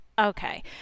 okay